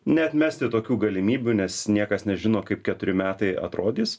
neatmesti tokių galimybių nes niekas nežino kaip keturi metai atrodys